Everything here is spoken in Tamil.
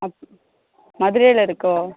அப் மதுரையில் இருக்கோ